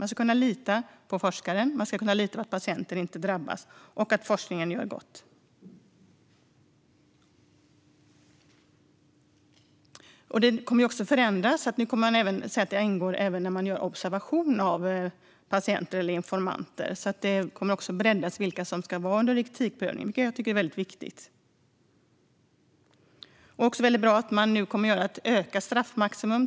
Man ska kunna lita på forskaren, man ska kunna lita på att patienter inte drabbas och man ska kunna lita på att forskningen gör gott. Ändringarna kommer att innebära att även observation av patienter eller informanter kommer att ingå. Det kommer alltså att ske en breddning av vilka som ska ingå i etikprövningen, vilket jag tycker är viktigt. Det är också bra att straffmaximum kommer att ökas.